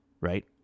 right